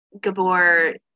Gabor